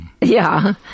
Ja